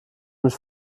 mit